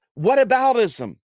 whataboutism